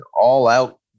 all-out